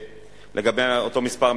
לגבי אותו מספר,